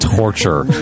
torture